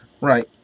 Right